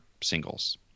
singles